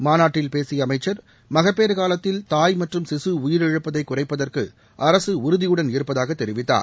மாநாட்டில் பேசிய அமைச்சர் மகப்பேறு காலத்தில் தாய் மற்றம் சிசு உயிரிழப்பதை குறைப்பதற்கு அரசு உறுதியுடன் இருப்பதாக தெரிவித்தார்